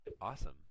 awesome